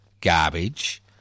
garbage